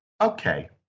Okay